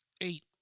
Eight